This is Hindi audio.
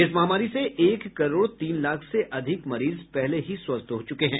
इस महामारी से एक करोड़ तीन लाख से अधिक मरीज पहले ही स्वस्थ हो चुके हैं